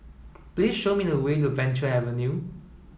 please show me the way to Venture Avenue